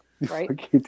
right